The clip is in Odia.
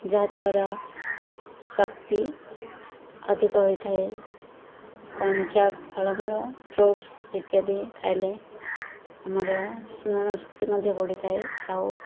ଯାହାଦ୍ୱାରା ଶକ୍ତି ଅଧିକ ହୋଇଥାଏ କଞ୍ଚା ଫଳମୂଳ ଫ୍ରୁଟ୍ସ ଇତ୍ୟାଦି ଖାଇଲେ ଆମର ସ୍ମରଣ ଶକ୍ତି ମଧ୍ୟ ବଢ଼ିଥାଏ ଆଉ